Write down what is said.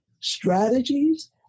strategies